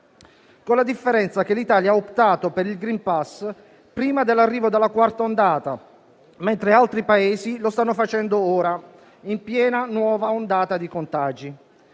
con la differenza che l'Italia ha optato per il *green pass* prima dell'arrivo della quarta ondata, mentre altri Paesi lo stanno facendo ora, in piena nuova ondata di contagi.